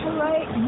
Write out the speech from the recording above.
right